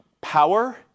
power